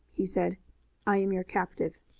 he said i am your captive.